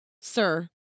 Sir